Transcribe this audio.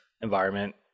environment